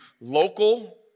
local